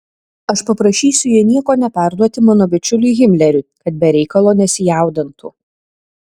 aš paprašysiu jį nieko neperduoti mano bičiuliui himleriui kad be reikalo nesijaudintų